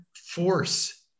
force